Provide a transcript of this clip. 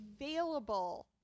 available